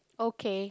okay